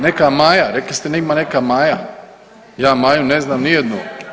Neka Maja, rekli ste da ima neka Maja, ja Maju ne znam nijednu.